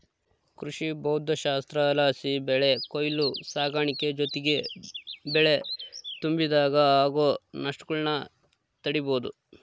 ಕೃಷಿಭೌದ್ದಶಾಸ್ತ್ರಲಾಸಿ ಬೆಳೆ ಕೊಯ್ಲು ಸಾಗಾಣಿಕೆ ಜೊತಿಗೆ ಬೆಳೆ ತುಂಬಿಡಾಗ ಆಗೋ ನಷ್ಟಗುಳ್ನ ತಡೀಬೋದು